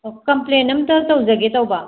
ꯑꯣ ꯀꯝꯄ꯭ꯂꯦꯟ ꯑꯃꯇ ꯇꯧꯖꯒꯦ ꯇꯧꯕ